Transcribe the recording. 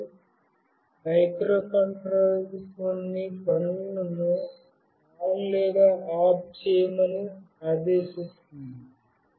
మరియు మైక్రోకంట్రోలర్ కొన్ని పనులను ఆన్ లేదా ఆఫ్ చేయమని ఆదేశిస్తుంది